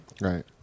Right